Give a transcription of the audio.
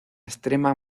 extrema